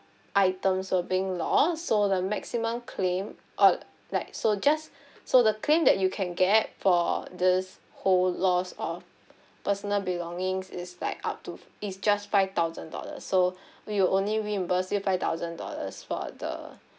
items so being lost so the maximum claim or like so just so the claim that you can get for this whole loss of personal belongings is like up to four is just five thousand dollars so we will only reimburse you five thousand dollars for the